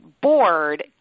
board